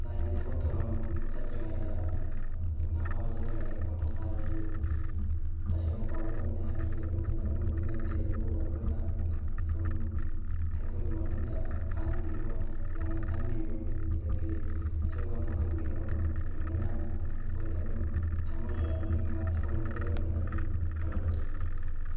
ꯂꯥꯏꯒꯤ ꯊꯕꯛ ꯊꯧꯔꯝ ꯆꯠꯇ꯭ꯔꯤꯉꯩꯗ ꯉꯥ ꯐꯥꯕ ꯆꯠꯇ꯭ꯔꯤꯉꯩꯗ ꯄꯥꯡꯊꯣꯛꯄ ꯍꯥꯏꯕꯁꯤ ꯇꯁꯦꯡꯅ ꯇꯧꯒꯗꯕꯅꯤ ꯍꯥꯏꯕꯗꯤ ꯑꯗꯨꯃꯥꯏꯅ ꯑꯗꯨꯝꯕꯗꯤ ꯂꯩꯇꯦ ꯑꯗꯨꯕꯨ ꯑꯩꯈꯣꯏꯅ ꯁꯨꯝ ꯑꯩꯈꯣꯏꯒꯤ ꯃꯄꯨꯗ ꯐꯥꯍꯟꯕꯤꯌꯨꯕ ꯌꯥꯝꯅ ꯐꯥꯍꯟꯕꯤꯌꯨ ꯑꯗꯨꯗꯒꯤ ꯑꯁꯣꯏ ꯑꯉꯥꯝ ꯊꯣꯛꯍꯟꯕꯤꯒꯅꯨ ꯑꯗꯨꯃꯥꯏꯅ ꯑꯩꯈꯣꯏ ꯑꯗꯨꯝ ꯊꯝꯃꯣꯏꯗ ꯅꯤꯡꯕ ꯁꯣꯟꯕꯗꯤ ꯑꯗꯨꯃꯥꯏꯅ ꯑꯗꯨꯝ ꯇꯧꯋꯦ